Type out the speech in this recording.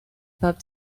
pub